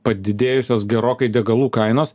padidėjusios gerokai degalų kainos